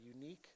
unique